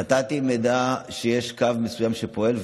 נתתי מידע שיש קו מסוים שפועל,